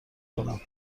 کنم